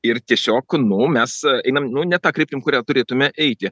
ir tiesiog nu mes einam ne ta kryptim kuria turėtumėme eiti